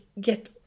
get